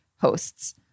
hosts